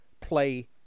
play